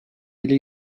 bile